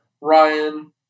Ryan